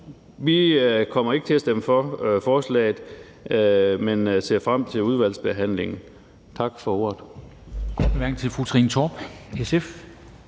Vi kommer ikke til at stemme for forslaget, men ser frem til udvalgsbehandlingen. Tak for ordet.